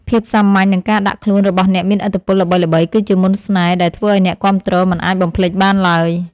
ភាពសាមញ្ញនិងការដាក់ខ្លួនរបស់អ្នកមានឥទ្ធិពលល្បីៗគឺជាមន្តស្នេហ៍ដែលធ្វើឱ្យអ្នកគាំទ្រមិនអាចបំភ្លេចបានឡើយ។